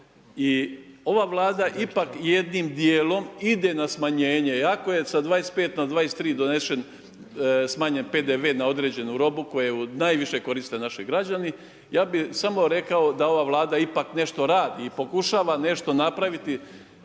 i ova Vlada ipak jednim djelom ide na smanjenje, ako je sa 25 na 23 smanjen PDV na određenu robu koju najviše koriste naši građani, ja bi samo rekao da ova Vlada ipak nešto radi i pokušava nešto napraviti